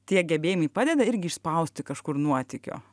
tie gebėjimai padeda irgi išspausti kažkur nuotykio